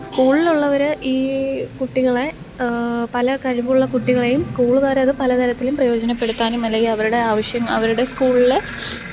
സ്കൂളിലുള്ളവർ ഈ കുട്ടികളെ പല കഴിവുള്ള കുട്ടികളെയും സ്കൂളുകാരത് പല തരത്തിലും പ്രയോജനപ്പെടുത്താനും അല്ലെങ്കിൽ അവരുടെ ആവശ്യങ്ങൾ അവരുടെ സ്കൂളിലെ